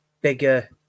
bigger